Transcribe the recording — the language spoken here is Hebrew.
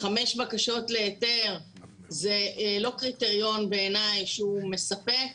חמש בקשות להיתר זה לא קריטריון מספק בעיני.